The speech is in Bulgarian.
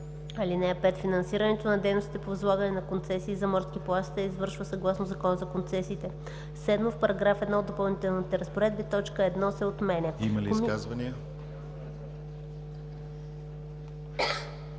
Има ли изказвания?